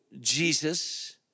Jesus